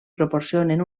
proporcionen